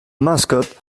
mascot